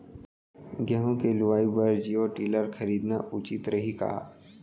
गेहूँ के बुवाई बर जीरो टिलर खरीदना उचित रही का?